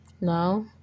now